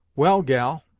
well, gal,